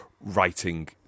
writing